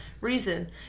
reason